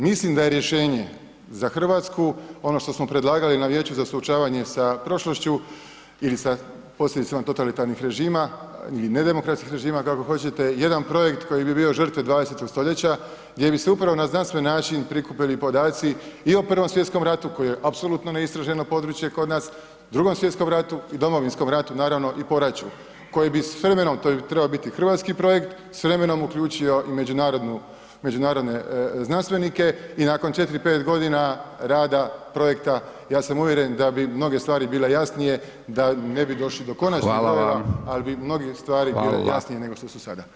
Mislim da je rješenje za RH ono što smo predlagali na Vijeću za suočavanje sa prošlošću ili sa posljedicama totalitarnih režima ili nedemokratskih režima, kako hoćete, jedan projekt koji bi bio žrtve 20. stoljeća gdje bi se upravo na znanstveni način prikupili podaci i o Prvom svjetskom ratu koji je apsolutno neistraženo područje kod nas, Drugom svjetskom ratu i Domovinskom ratu i naravno, poraću, koji bi s vremenom, to bi trebao biti hrvatski projekt, s vremenom uključio i međunarodne znanstvenike i nakon 4-5.g. rada projekta, ja sam uvjeren da bi mnoge stvari bile jasnije, da ne bi došli do konačnih [[Upadica: Hvala vam]] brojeva, al bi mnoge stvari [[Upadica: Hvala]] bile jasnije, nego što su sada.